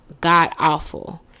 god-awful